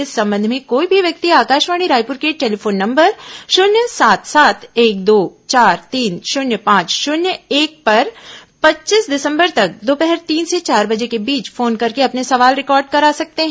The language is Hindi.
इस संबंध में कोई भी व्यक्ति आकाशवाणी रायपुर के टेलीफोन नंबर शून्य सात सात एक दो चार तीन शून्य पांच शून्य एक पर पच्चीस दिसंबर तक दोपहर तीन से चार बजे के बीच फोन करके अपने सवाल रिकार्ड करा सकते हैं